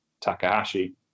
Takahashi